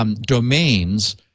domains